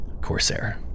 corsair